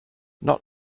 not